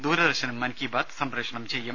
ദൂരദർശനും മൻകീ ബാത് സംപ്രേഷണം ചെയ്യും